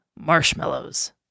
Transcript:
marshmallows